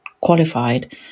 qualified